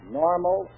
normal